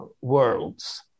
worlds